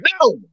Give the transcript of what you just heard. No